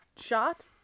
shot